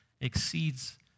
exceeds